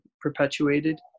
perpetuated